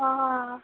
ହଁ ହଁ ହଁ